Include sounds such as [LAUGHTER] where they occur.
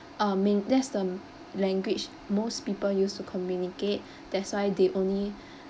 um main that's the language most people use to communicate [BREATH] that's why they only [BREATH]